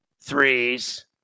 threes